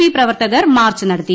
P പ്രവർത്തകർ march നടത്തി